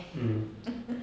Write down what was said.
mm